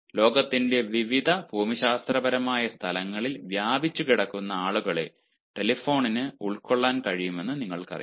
ലോകത്തിന്റെ വിവിധ ഭൂമിശാസ്ത്രപരമായ സ്ഥലങ്ങളിൽ വ്യാപിച്ചുകിടക്കുന്ന ആളുകളെ ടെലിഫോണിന് ഉൾക്കൊള്ളാൻ കഴിയുമെന്ന് നിങ്ങൾക്കറിയാം